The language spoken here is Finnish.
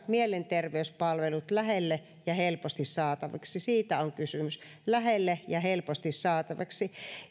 mielenterveyspalvelut lähelle ja helposti saataviksi siitä on kysymys lähelle ja helposti saataviksi